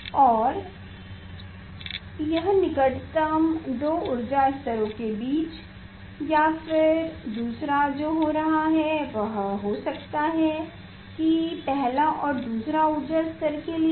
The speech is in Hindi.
और यह निकटतम दो ऊर्जा स्तरों के बीच या फिर दूसरा जो हो रहा है वह हो सकता है यह पहला और दूसरा ऊर्जा स्तर के लिए है